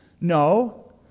No